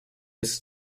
its